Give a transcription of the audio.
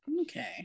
Okay